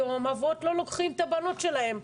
היום אבות לא לוקחים את הבנות שלהם,